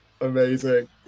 Amazing